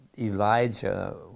Elijah